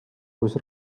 kus